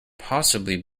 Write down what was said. possibly